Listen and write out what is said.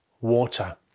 water